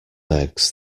eggs